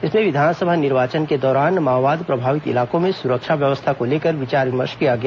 इसमें विधानसभा निर्वाचन के दौरान माओवाद प्रभावित इलाकों में सुरक्षा व्यवस्था को लेकर विचार विमर्श किया गया